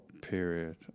period